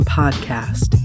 podcast